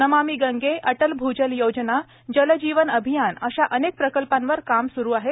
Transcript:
नमामी गंगे अटल भूजल योजना जल जीवन अभियान अशा अनेक प्रकल्पांवर काम सुरू आहे